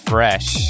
Fresh